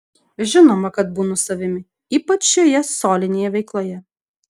žinoma kad būnu savimi ypač šioje solinėje veikloje